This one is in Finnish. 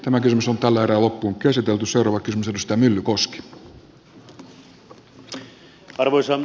tämä kysymys on tällä erää loppuun käsitelty suruakin syystä arvoisa puhemies